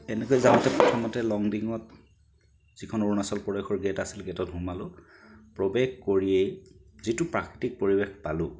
তো এনেকৈ যাওঁতে প্ৰথমতে লংডিঙত যিখন অৰুণাচল প্ৰদেশৰ গেইট আছিল গেইটত সোমালোঁ প্ৰৱেশ কৰিয়েই যিটো প্ৰাকৃতিক পৰিৱেশ পালোঁ